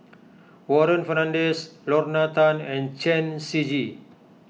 Warren Fernandez Lorna Tan and Chen Shiji